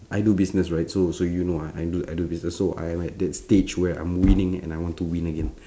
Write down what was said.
I do business right so so you know ah I do I do business so I'm at that stage where I'm winning and I want to win again